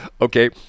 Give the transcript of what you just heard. Okay